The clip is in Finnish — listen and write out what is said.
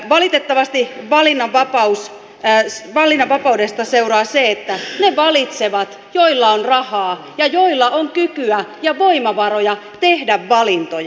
valitettavasti valinnanvapaudesta seuraa se että ne valitsevat joilla on rahaa ja joilla on kykyä ja voimavaroja tehdä valintoja